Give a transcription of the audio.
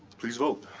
please vote.